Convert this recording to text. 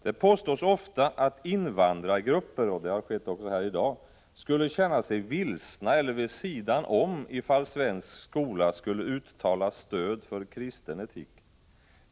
Det påstås ofta, och det har skett också här i dag, att invandrargrupper skulle känna sig vilsna eller vid sidan om, ifall svensk skola skulle uttala stöd för kristen etik.